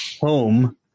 home